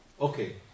Okay